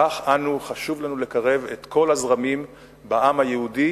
כך חשוב לנו לקרב את כל הזרמים בעם היהודי